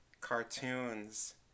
cartoons